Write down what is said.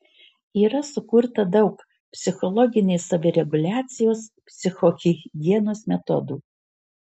yra sukurta daug psichologinės savireguliacijos psichohigienos metodų